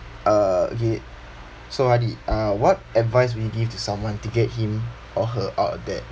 uh okay so hadi uh what advice would you give to someone to get him or her out of debt